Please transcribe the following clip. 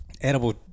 Edible